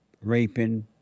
raping